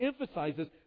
emphasizes